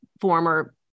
former